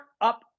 up